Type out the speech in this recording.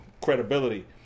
credibility